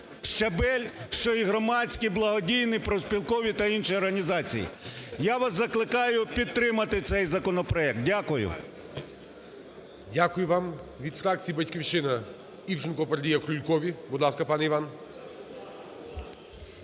щабель, що і громадські, благодійні, профспілкові та інші організації. Я вас закликаю підтримати цей законопроект. Дякую. ГОЛОВУЮЧИЙ. Дякую вам. Від фракції "Батьківщина" Івченко передає Крулькові. Будь ласка, пане Іван.